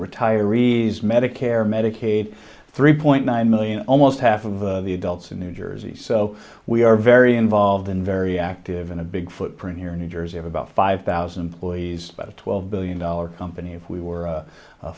retirees medicare medicaid three point nine million almost half of the adults in new jersey so we are very involved in very active in a big footprint here in new jersey of about five thousand please twelve billion dollar company if we